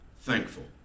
thankful